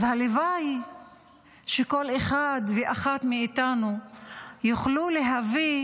אז הלוואי שכל אחד ואחת מאיתנו יוכלו להביא